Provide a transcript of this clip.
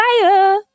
fire